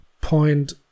point